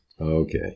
Okay